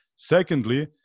secondly